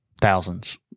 thousands